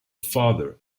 father